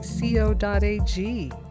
co.ag